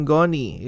Goni